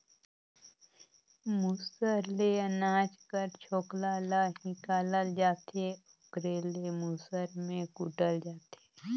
मूसर ले अनाज कर छोकला ल हिंकालल जाथे ओकरे ले मूसर में कूटल जाथे